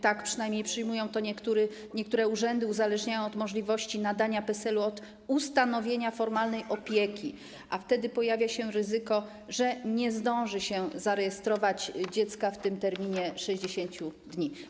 Tak przynajmniej przyjmują to niektóre urzędy, uzależniają możliwość nadania PESEL-u od ustanowienia formalnej opieki, a wtedy pojawia się ryzyko, że nie zdąży się zarejestrować dziecka w terminie 60 dni.